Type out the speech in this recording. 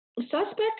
suspect